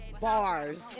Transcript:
Bars